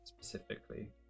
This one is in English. specifically